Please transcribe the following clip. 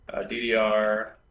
DDR